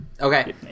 okay